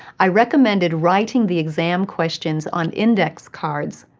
i recommended writing the exam questions on index cards,